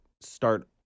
start